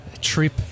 trip